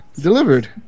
delivered